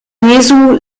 jesu